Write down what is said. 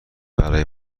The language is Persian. برای